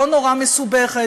לא נורא מסובכת,